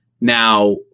Now